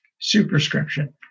superscription